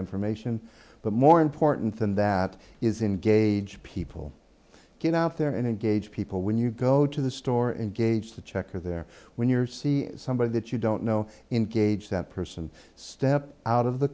information but more important than that is engaged people get out there and engage people when you go to the store and gauge to check are there when you see somebody that you don't know engage that person step out of the